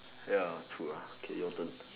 ya true ah okay your turn